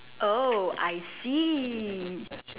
oh I see